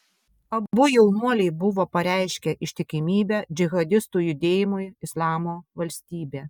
abu jaunuoliai buvo pareiškę ištikimybę džihadistų judėjimui islamo valstybė